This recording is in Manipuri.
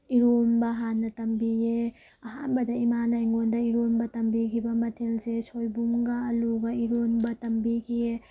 ꯏꯔꯣꯟꯕ ꯍꯥꯟꯅ ꯇꯝꯕꯤꯌꯦ ꯑꯍꯥꯟꯕꯗ ꯏꯃꯥꯅ ꯑꯩꯉꯣꯟꯗ ꯏꯔꯣꯟꯕ ꯇꯝꯕꯤꯈꯤꯕ ꯃꯊꯦꯜꯁꯦ ꯁꯣꯏꯕꯨꯝꯒ ꯑꯥꯜꯂꯨꯒ ꯏꯔꯣꯟꯕ ꯇꯝꯕꯤꯈꯤꯌꯦ